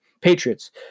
Patriots